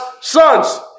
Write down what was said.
sons